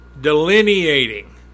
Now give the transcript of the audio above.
delineating